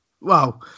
wow